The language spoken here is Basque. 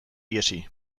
ihesi